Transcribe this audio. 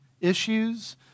issues